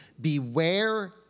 Beware